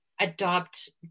adopt